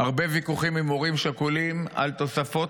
-- הרבה ויכוחים עם הורים שכולים על תוספות,